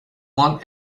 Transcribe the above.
want